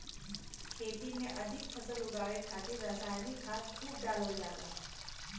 खेती में अधिक फसल उगावे खातिर रसायनिक खाद खूब डालल जाला